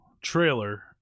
trailer